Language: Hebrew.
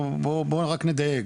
בואו רק נדייק,